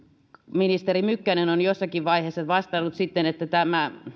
ministeri mykkänen on jossakin vaiheessa vastannut sitten että tämä